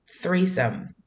threesome